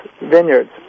Vineyards